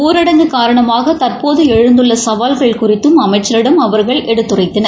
ஊரடங்கு காரணமாக தற்போது எழுந்துள்ள சவால்கள் குறித்தும் அமைச்சிடம் அவர்கள் எடுத்துரைத்தனர்